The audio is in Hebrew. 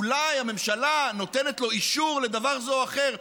אולי הממשלה נותנת לו אישור לדבר זה או אחר,